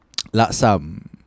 laksam